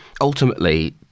ultimately